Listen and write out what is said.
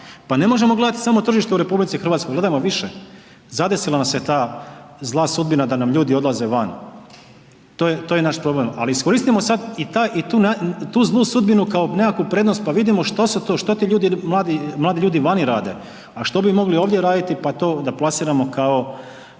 Pa ne možemo samo gledati tržište u RH, gledajmo više. Zadesila nas je ta zla sudbina da nam ljudi odlaze van, to je naš problem, ali iskoristimo sad i tu zlu sudbinu kao nekakvu prednost pa vidimo što ti ljudi, mladi ljudi vani rade, a što bi mogli ovdje raditi pa to da plasiramo kao